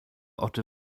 oczy